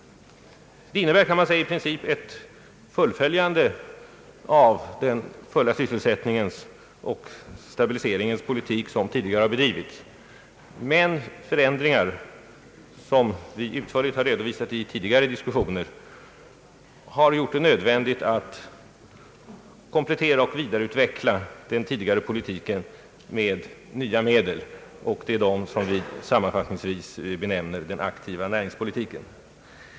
Det innebär i princip ett fullföljande av den fulla sysselsättningens politik som tidigare har bedrivits. Men förändringar som vi utförligt har redovisat i tidigare diskussioner har gjort det nödvändigt att komplettera och vidareutveckla den tidigare politiken med nya medel. Det är dessa medel som vi sammanfattningsvis benämner den aktiva näringspolitiken.